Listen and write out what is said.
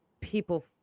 people